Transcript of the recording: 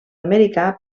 americà